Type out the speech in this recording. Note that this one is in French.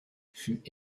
fut